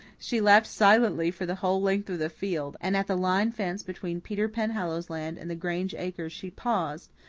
she laughed silently for the whole length of the field and at the line fence between peter penhallow's land and the grange acres she paused,